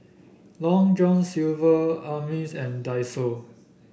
Long John Silver Ameltz and Daiso